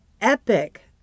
epic